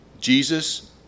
Jesus